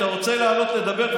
אתה רוצה לעלות לדבר,